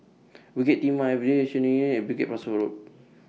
Bukit Timah Bukit Pasoh Road